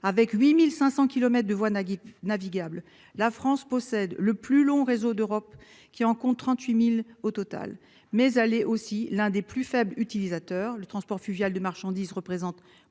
avec 8500 kilomètres de voies Nagui navigable. La France possède le plus long réseau d'Europe qui en compte 38.000 au total mais elle est aussi l'un des plus faibles utilisateurs le transport fluvial de marchandises représente